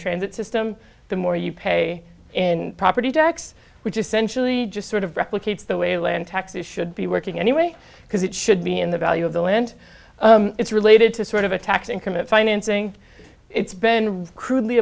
transit system the more you pay in property tax which essentially just sort of replicates the way land taxes should be working anyway because it should be in the value of the land it's related to sort of attack and commit financing it's been crudely